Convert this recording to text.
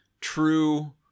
true